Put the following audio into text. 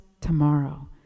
tomorrow